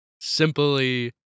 Simply